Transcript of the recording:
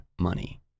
money